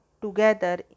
together